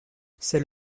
c’est